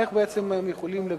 איך בעצם יכולים לגבות?